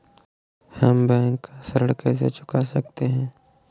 हम बैंक का ऋण कैसे चुका सकते हैं?